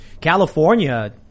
California